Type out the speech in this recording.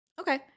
Okay